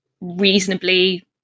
reasonably